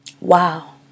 Wow